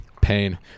Pain